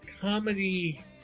comedy